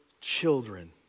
children